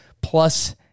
Plus